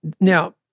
Now